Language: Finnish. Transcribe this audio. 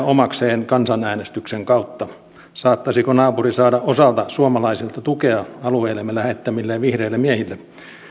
omakseen kansanäänestyksen kautta saattaisiko naapuri saada osalta suomalaisista tukea alueellemme lähettämilleen vihreille miehille